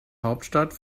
hauptstadt